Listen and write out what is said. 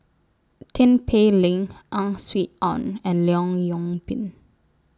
Tin Pei Ling Ang Swee Aun and Leong Yoon Pin